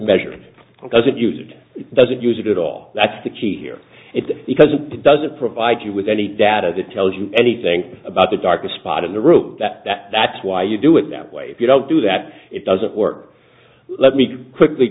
measure doesn't used doesn't use it at all that's the key here it's because it doesn't provide you with any data that tells you anything about the dark a spot in the room that's why you do it that way if you don't do that it doesn't work let me quickly